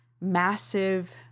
massive